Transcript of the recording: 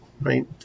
right